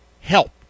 help